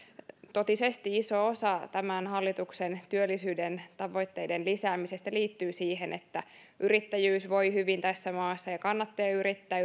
totisesti iso osa tämän hallituksen työllisyyden tavoitteiden lisäämisestä liittyy siihen että yrittäjyys voi hyvin tässä maassa ja kannattaa yrittää